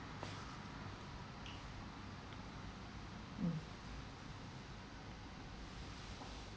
mm